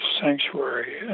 sanctuary